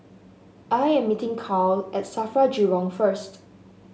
I am meeting Karl at Safra Jurong first